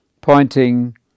pointing